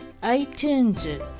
iTunes